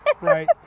right